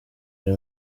ari